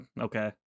Okay